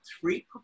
three